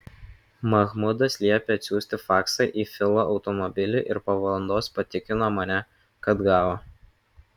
mahmudas liepė atsiųsti faksą į filo automobilį ir po valandos patikino mane kad gavo